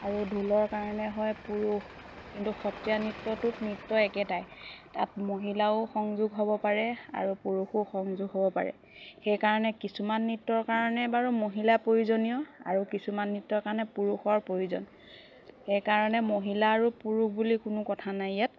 আৰু ঢোলৰ কাৰণে হয় পুৰুষ কিন্তু সত্ৰীয়া নৃত্যটোত নৃত্য একেটাই তাত মহিলাও সংযোগ হ'ব পাৰে আৰু পুৰুষো সংযোগ হ'ব পাৰে সেইকাৰণে কিছুমান নৃত্যৰ কাৰণে বাৰু মহিলা প্ৰয়োজনীয় আৰু কিছুমান নৃত্যৰ কাৰণে পুৰুষৰ প্ৰয়োজন সেইকাৰণে মহিলা আৰু পুৰুষ বুলি কোনো কথা নাই ইয়াত